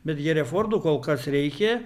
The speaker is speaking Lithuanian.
bet herefordų kol kas reikia